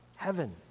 heaven